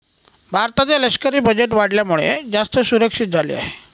भारताचे लष्करी बजेट वाढल्यामुळे, जास्त सुरक्षित झाले आहे